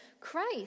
Christ